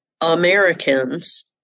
Americans